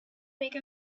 make